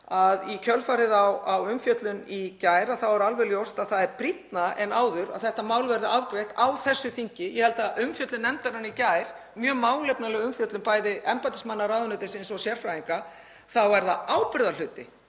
Í kjölfarið á umfjöllun í gær er alveg ljóst að það er brýnna en áður að þetta mál verði afgreitt á þessu þingi. Ég held að umfjöllun nefndarinnar í gær, mjög málefnaleg umfjöllun bæði embættismanna ráðuneytisins og sérfræðinga — þá er það ábyrgðarhluti